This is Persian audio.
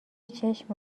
چشم